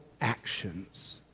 actions